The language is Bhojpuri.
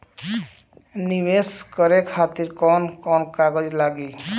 नीवेश करे खातिर कवन कवन कागज लागि?